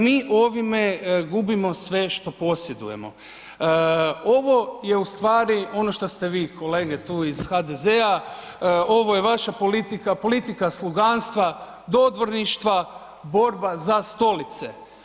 Mi ovim gubimo sve što posjedujemo, ovo je ustvari ono što ste vi tu kolege iz HDZ-a, ovo je vaša politika, politika sluganstva, dodvorništva, borba za stolice.